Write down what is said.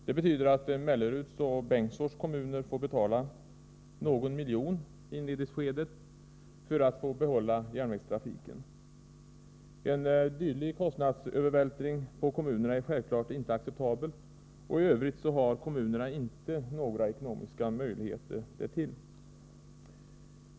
Det betyder att Melleruds och Bengtsfors kommuner får betala någon miljon i inledningsskedet för att få behålla järnvägstrafiken. En dylik kostnadsövervältring på kommunerna är självfallet inte acceptabel, och i övrigt har kommunerna inte några ekonomiska möjligheter därtill.